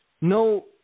no